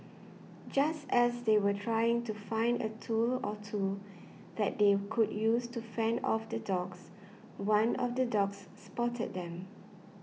just as they were trying to find a tool or two that they could use to fend off the dogs one of the dogs spotted them